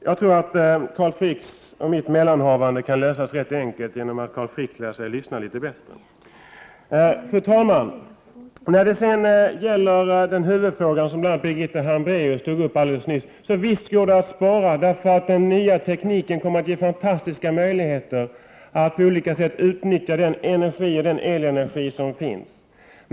Jagtror att Carl Fricks och mitt mellanhavande kan lösas rätt enkelt genom att Carl Frick lär sig att lyssna litet bättre. Fru talman! När det gäller den huvudfråga som Birgitta Hambraeus tog upp alldeles nyss vill jag säga att visst går det att spara. Den nya tekniken kommer att ge fantastiska möjligheter att på olika sätt utnyttja den elenergi som finns.